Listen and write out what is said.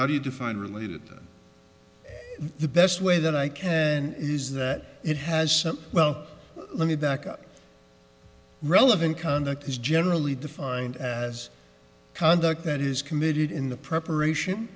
how do you define related the best way that i can is that it has some well let me back a relevant conduct is generally defined as conduct that is committed in the preparation